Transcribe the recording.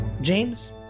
James